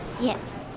Yes